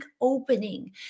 opening